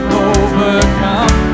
overcome